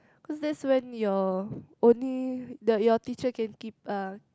cause that's when your only the your teacher can keep uh